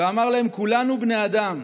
הוא אמר להם: כולנו בני אדם.